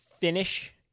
finish